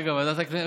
רגע, ועדת הכנסת?